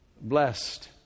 Blessed